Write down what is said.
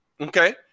okay